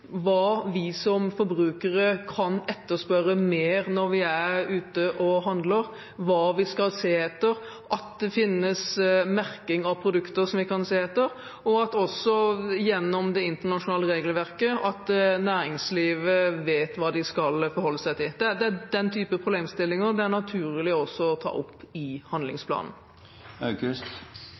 hva vi som forbrukere kan etterspørre mer når vi er ute og handler, hva vi skal se etter, at det finnes merking av produkter som vi kan se etter, og at næringslivet vet hva de skal forholde seg til, også gjennom det internasjonale regelverket. Det er den type problemstillinger det er naturlig også å ta opp i